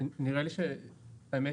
נראה לי שספיר,